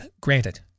granted